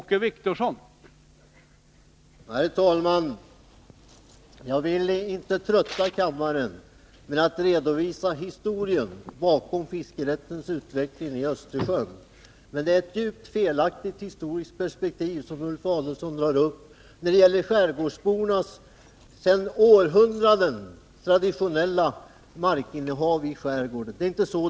Herr talman! Jag vill inte trötta kammaren med att redovisa historien bakom fiskerättens utveckling i Östersjön. Men det är ett djupt felaktigt 9 Riksdagens protokoll 1982183:45-46 historiskt perspektiv som Ulf Adelsohn drar upp när det gäller skärgårdsbornas traditionella markinnehav i skärgården — som sträcker sig århundraden tillbaka.